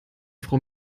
frau